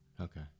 Okay